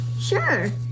sure